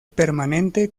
permanente